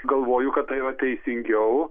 galvoju kad tai yra teisingiau